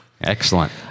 Excellent